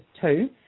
two